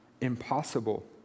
Impossible